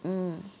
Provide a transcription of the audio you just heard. mmhmm